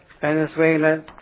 Venezuela